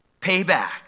payback